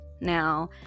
now